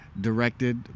Directed